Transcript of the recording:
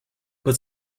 but